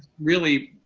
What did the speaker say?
really